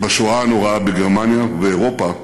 בשואה הנוראה בגרמניה ואירופה.